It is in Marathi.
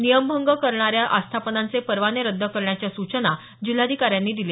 नियमभंग करणाऱ्या आस्थापनांचे परवाने रद्द करण्याच्या सुचना जिल्हाधिकाऱ्यांनी दिल्या